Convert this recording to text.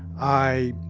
i,